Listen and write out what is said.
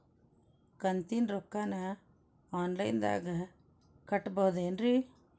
ಕಂತಿನ ರೊಕ್ಕನ ಆನ್ಲೈನ್ ದಾಗ ಕಟ್ಟಬಹುದೇನ್ರಿ?